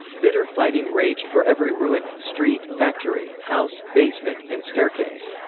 bitter fighting raged for every ruin, street, factory, house, basement, and staircase.